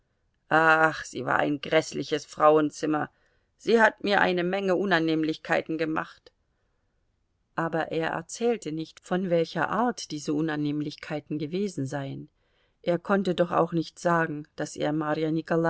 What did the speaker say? ach sie war ein gräßliches frauenzimmer sie hat mir eine menge unannehmlichkeiten gemacht aber er erzählte nicht von welcher art diese unannehmlichkeiten gewesen seien er konnte doch auch nicht sagen daß er marja